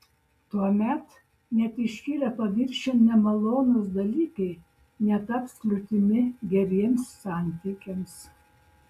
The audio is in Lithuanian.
tuomet net iškilę paviršiun nemalonūs dalykai netaps kliūtimi geriems santykiams